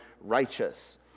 righteous